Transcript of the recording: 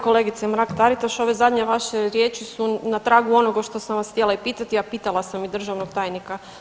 Kolegice Mrak Taritaš, ove zadnje vaše riječi su na tragu onoga što sam vas htjela i pitati, a pitala sam i državnog tajnika.